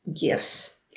gifts